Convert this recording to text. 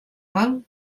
val